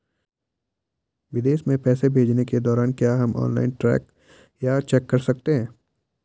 विदेश में पैसे भेजने के दौरान क्या हम ऑनलाइन ट्रैक या चेक कर सकते हैं?